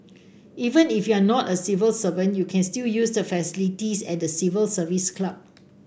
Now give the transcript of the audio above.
even if you are not a civil servant you can still use the facilities at the Civil Service Club